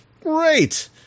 Great